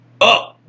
up